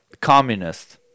communist